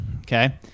Okay